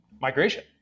migration